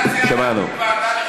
שמענו.